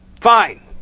Fine